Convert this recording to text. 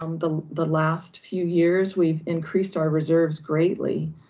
um the the last few years we've increased our reserves greatly.